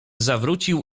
zawrócił